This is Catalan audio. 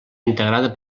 integrada